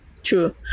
true